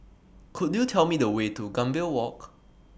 Could YOU Tell Me The Way to Gambir Walk